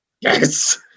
yes